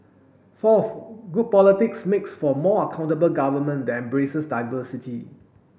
fourth good politics makes for more accountable government that embraces diversity